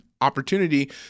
opportunity